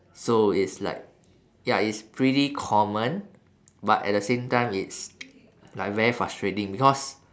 so it's like ya it's pretty common but at the same time it's like very frustrating because